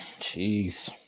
Jeez